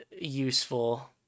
useful